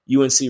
UNC